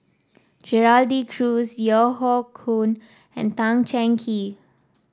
Gerald De Cruz Yeo Hoe Koon and Tan Cheng Kee